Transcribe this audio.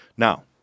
Now